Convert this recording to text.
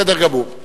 בסדר גמור.